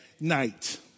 night